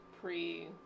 pre